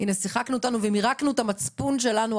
הנה שיחקנו אותנו ומירקנו את המצפון שלנו,